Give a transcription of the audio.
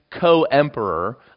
co-emperor